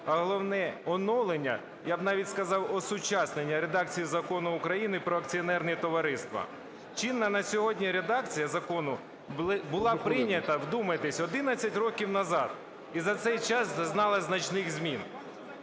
А головне, оновлення, я б навіть сказав осучаснення редакції Закону України "Про акціонерні товариства". Чинна на сьогодні редакція закону була прийнята, вдумайтесь, 11 років назад. І за цей час зазнала значних змін.